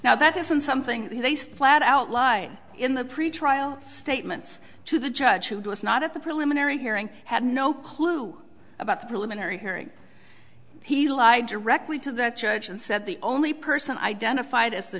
now that isn't something they flat out lie in the pretrial statements to the judge who was not at the preliminary hearing had no clue about the preliminary hearing he lied directly to that judge and said the only person identified as the